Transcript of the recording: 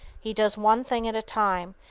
he does one thing at a time,